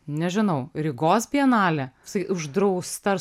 nežinau rygos bienalė uždrausta ar